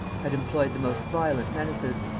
had employed the most violent menaces,